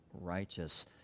righteous